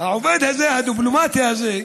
העובד הזה, הדיפלומט הזה,